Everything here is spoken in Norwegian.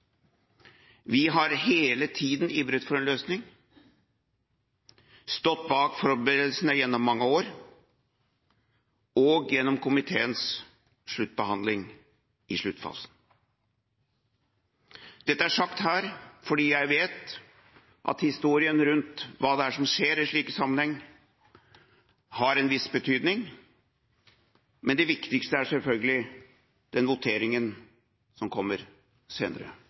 Vi har hele tida ivret for en løsning og stått bak forberedelsene gjennom mange år og gjennom komiteens sluttbehandling i sluttfasen. Dette er sagt her fordi jeg vet at historien rundt hva det er som skjer i slike sammenhenger, har en viss betydning. Men det viktigste er selvfølgelig den voteringen som kommer